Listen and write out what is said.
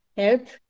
health